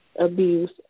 abuse